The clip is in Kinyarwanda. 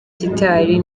gitari